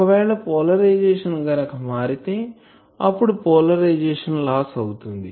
ఒకవేళ పోలరైజషన్ గనుక మారితే అప్పుడు పోలరైజషన్ లాస్ అవుతుంది